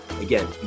again